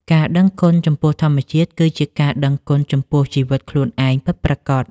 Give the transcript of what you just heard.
ការដឹងគុណចំពោះធម្មជាតិ គឺជាការដឹងគុណចំពោះជីវិតខ្លួនឯងពិតប្រាកដ។